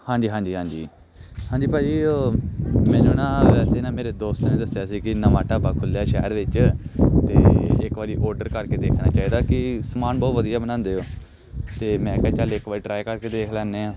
ਹਾਂਜੀ ਹਾਂਜੀ ਹਾਂਜੀ ਹਾਂਜੀ ਭਾਅ ਜੀ ਉਹ ਮੈਨੂੰ ਨਾ ਵੈਸੇ ਨਾ ਮੇਰੇ ਦੋਸਤਾਂ ਨੇ ਦੱਸਿਆ ਸੀ ਕਿ ਨਵਾਂ ਢਾਬਾ ਖੁੱਲ੍ਹਿਆ ਸ਼ਹਿਰ ਵਿੱਚ ਅਤੇ ਇੱਕ ਵਾਰੀ ਓਡਰ ਕਰਕੇ ਦੇਖਣਾ ਚਾਹੀਦਾ ਕਿ ਸਮਾਨ ਬਹੁਤ ਵਧੀਆ ਬਣਾਉਂਦੇ ਉਹ ਅਤੇ ਮੈਂ ਕਿਹਾ ਚੱਲ ਇੱਕ ਵਾਰੀ ਟਰਾਈ ਕਰਕੇ ਦੇਖ ਲੈਂਦੇ ਹਾਂ